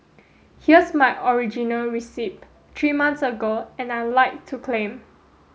here's my original receipt three months ago and I'd like to claim